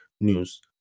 news